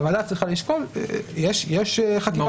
הוועדה צריכה לשקול את זה.